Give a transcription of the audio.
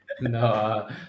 no